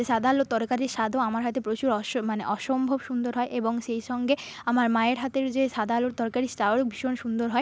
সাদা আলুর তরকারির স্বাদও আমার হাতে প্রচুর অস মানে অসম্ভব সুন্দর হয় এবং সেই সঙ্গে আমার মায়ের হাতের যে সাদা আলুর তরকারি স্ তারও ভীষণ সুন্দর হয়